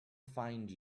find